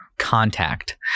contact